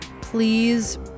Please